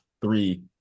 three